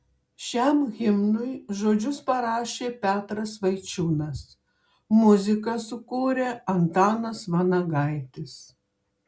šiam himnui žodžius parašė petras vaičiūnas muziką sukūrė antanas vanagaitis